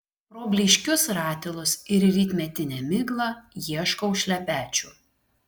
pro blyškius ratilus ir rytmetinę miglą ieškau šlepečių